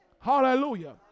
Hallelujah